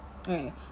okay